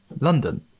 london